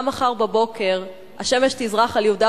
גם מחר בבוקר השמש תזרח על יהודה